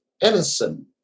Edison